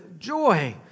joy